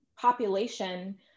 population